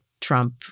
Trump